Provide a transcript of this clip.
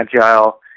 agile